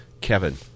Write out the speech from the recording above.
Kevin